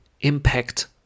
impact